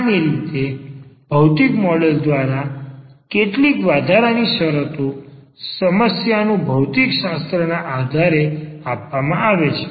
સામાન્ય રીતે તે ભૌતિક મોડેલ દ્વારા કેટલીક વધારાની શરતો સમસ્યાનું ભૌતિક શાસ્ત્ર ના આધારે આપવામાં આવે છે